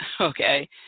okay